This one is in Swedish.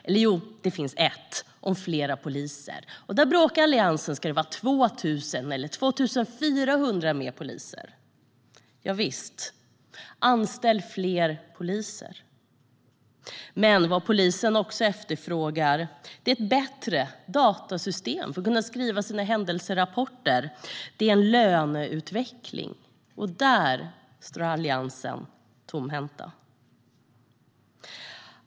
Eller jo, det finns ett, om flera poliser. Där bråkar Alliansen om ifall det ska vara 2 000 eller 2 400 fler poliser. Javisst, anställ fler poliser! Men vad polisen också efterfrågar är ett bättre datasystem för att kunna skriva sina händelserapporter, och det är en löneutveckling. Där står Alliansen tomhänt.